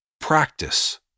Practice